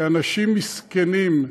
כאנשים מסכנים,